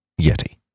Yeti